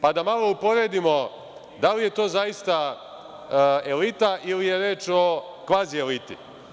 pa da malo uporedimo da li je to zaista elita, ili je reč o kvazi eliti.